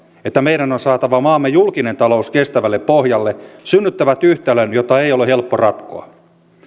että meidän on on saatava maamme julkinen talous kestävälle pohjalle synnyttävät yhtälön jota ei ole helppo ratkoa